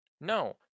No